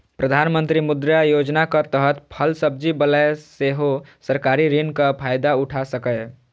प्रधानमंत्री मुद्रा योजनाक तहत फल सब्जी बला सेहो सरकारी ऋणक फायदा उठा सकैए